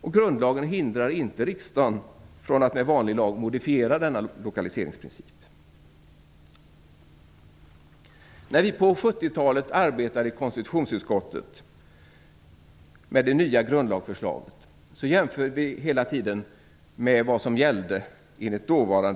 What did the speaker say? Och grundlagen hindrar inte riksdagen från att med vanlig lag modifiera denna lokaliseringsprincip. När vi på 70-talet arbetade i konstitutionsutskottet med det nya grundlagsförslaget jämförde vi hela tiden med den då gällande författningen.